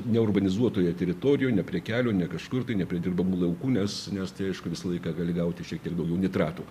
neurbanizuotoje teritorijoje ne prie kelio ne kažkur tai ne prie dirbamų laukų nes nes tai aišku visą laiką gali gauti šiek tiek daugiau nitratų